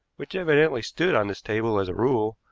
which evidently stood on this table as a rule,